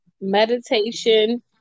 meditation